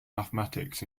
mathematics